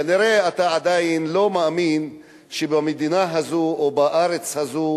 כנראה אתה עדיין לא מאמין שבמדינה הזו או בארץ הזו,